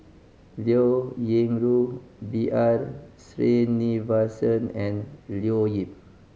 Liao Yingru B R Sreenivasan and Leo Yip